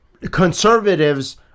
conservatives